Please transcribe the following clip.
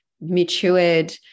matured